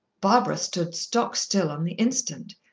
barbara stood stock-still on the instant.